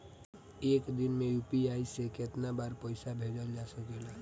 एक दिन में यू.पी.आई से केतना बार पइसा भेजल जा सकेला?